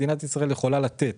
מדינת ישראל יכולה לתת.